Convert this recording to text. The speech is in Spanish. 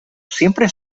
siempre